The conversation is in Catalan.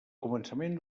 començament